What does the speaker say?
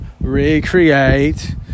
recreate